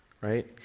right